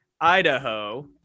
Idaho